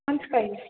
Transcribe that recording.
मोनथिखायो